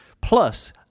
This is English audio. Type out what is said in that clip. plus